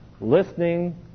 listening